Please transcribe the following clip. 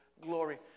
glory